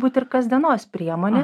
būti ir kasdienos priemonė